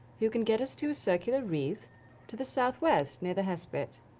who can get us to a circular reef to the southwest, near the hespit.